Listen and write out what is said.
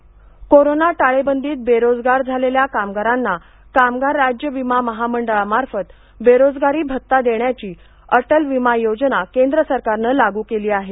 बेरोजगार भत्ता कोरोना टाळेबंदीत बेरोजगार झालेल्या कामगारांना कामगार राज्य विमा महामंडळा मार्फत बेरोजगारी भत्ता देण्याची अटल विमा योजना केंद्र सरकारनं लागू केली आहे